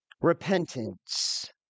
repentance